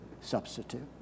substitute